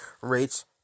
rates